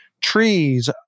trees